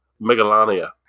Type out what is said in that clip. Megalania